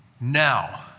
Now